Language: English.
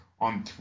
on